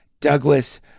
Douglas